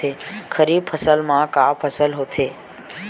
खरीफ फसल मा का का फसल होथे?